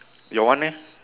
your one leh